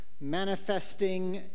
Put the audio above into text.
manifesting